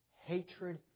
hatred